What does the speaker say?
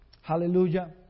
Hallelujah